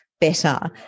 better